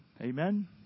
Amen